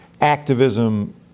activism